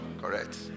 Correct